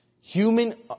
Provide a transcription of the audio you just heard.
Human